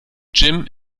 jim